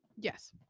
Yes